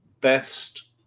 best